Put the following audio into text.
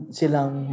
silang